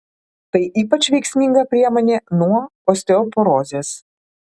tai ypač veiksminga priemonė nuo osteoporozės